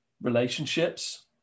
relationships